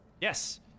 yes